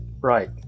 Right